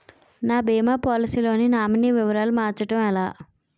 నా భీమా పోలసీ లో నామినీ వివరాలు మార్చటం ఎలా?